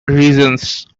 reasons